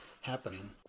happening